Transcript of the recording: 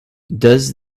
does